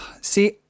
see